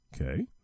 Okay